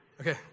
Okay